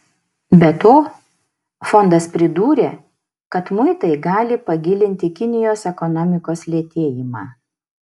be to fondas pridūrė kad muitai gali pagilinti kinijos ekonomikos lėtėjimą